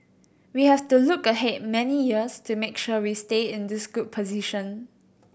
we have to look ahead many years to make sure we stay in this good position